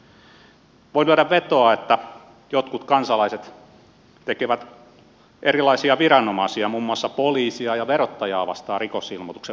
voin lyödä vetoa että jotkut kansalaiset tekevät erilaisia viranomaisia muun muassa poliisia ja verottajaa vastaan rikosilmoituksen vainoamisesta